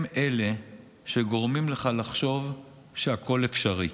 הם אלה שגורמים לך לחשוב שהכול אפשרי,